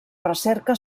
recerca